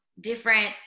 different